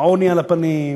העוני על הפנים,